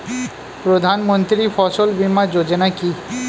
প্রধানমন্ত্রী ফসল বীমা যোজনা কি?